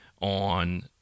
on